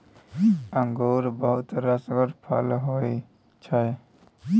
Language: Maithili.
अंगुर बहुत रसगर फर होइ छै